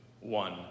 one